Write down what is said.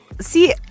See